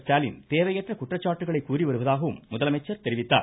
ஸ்டாலின் தேவையற்ற குற்றச்சாட்டுகளை கூறிவருவதாகவும் அவர் தெரிவித்தார்